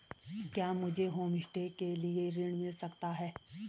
क्या मुझे होमस्टे के लिए ऋण मिल सकता है?